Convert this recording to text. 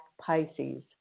Pisces